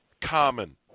common